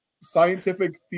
scientific